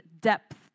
depth